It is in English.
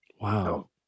Wow